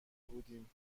بودیم